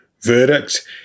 verdict